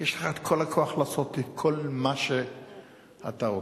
יש לך כל הכוח לעשות את כל מה שאתה רוצה.